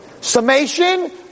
Summation